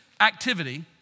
activity